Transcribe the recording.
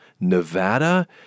Nevada